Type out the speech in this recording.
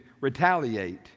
retaliate